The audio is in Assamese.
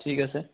ঠিক আছে